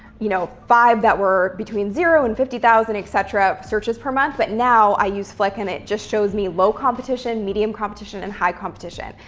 you know five that were between zero and fifty thousand etc, searches per month. but now i use flick, and it just shows me low competition, medium competition and high competition.